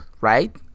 Right